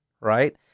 right